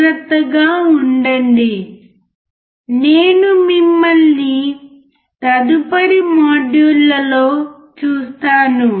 జాగ్రత్తగా ఉండండి నేను మిమ్మల్ని తదుపరి మాడ్యూల్లో చూస్తాను